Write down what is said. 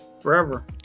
forever